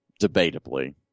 debatably